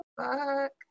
fuck